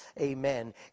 amen